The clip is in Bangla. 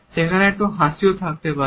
সেখানে একটু হাসিও থাকতে পারে